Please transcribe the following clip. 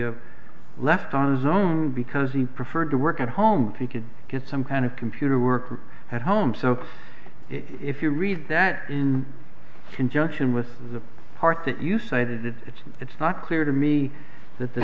he left on his own because he preferred to work at home to could get some kind of computer work at home so if you read that in conjunction with the part that you cited it's it's not clear to me that the